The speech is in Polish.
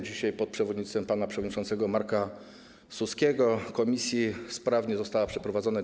Dzisiaj pod przewodnictwem pana przewodniczącego Marka Suskiego na posiedzeniu komisji sprawnie została przeprowadzona.